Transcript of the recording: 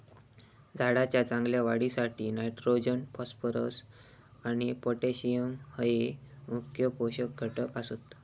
झाडाच्या चांगल्या वाढीसाठी नायट्रोजन, फॉस्फरस आणि पोटॅश हये मुख्य पोषक घटक आसत